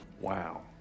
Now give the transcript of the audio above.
Wow